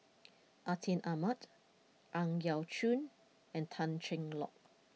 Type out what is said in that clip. Atin Amat Ang Yau Choon and Tan Cheng Lock